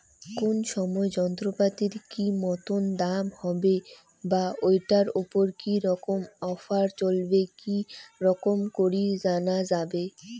কোন সময় যন্ত্রপাতির কি মতন দাম হবে বা ঐটার উপর কি রকম অফার চলছে কি রকম করি জানা যাবে?